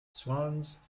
swans